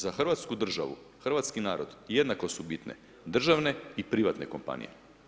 Za hrvatsku državu, hrvatski narod jednako su bitne državne i privatne kompanije.